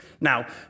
Now